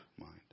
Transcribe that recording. mind